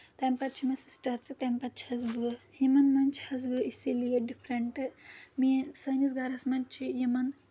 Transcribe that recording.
تَمہِ پَتہٕ چھِ مےٚ سِسٹَر تہٕ تَمہِ پَتہٕ چھَس بہٕ یِمن منٛز چھس بہٕ اسی لیے ڈِفرَنٹہٕ میٲنۍ سٲنِس گرس منٛز چھِ یِمَن